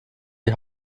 die